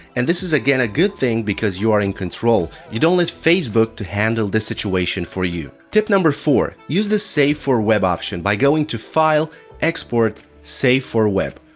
and this is again a good thing because you are in control, you don't let facebook to handle this situation for you. tip number four use the save for web option by going to file export save for web,